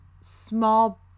small